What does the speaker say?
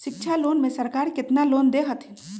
शिक्षा लोन में सरकार केतना लोन दे हथिन?